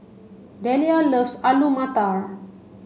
Dellia loves Alu Matar